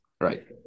Right